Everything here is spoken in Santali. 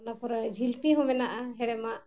ᱚᱱᱟ ᱯᱚᱨᱮ ᱡᱷᱤᱞᱯᱤ ᱦᱚᱸ ᱢᱮᱱᱟᱜᱼᱟ ᱦᱮᱲᱮᱢᱟᱜ